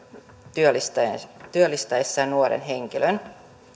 työllistäessään työllistäessään nuoren henkilön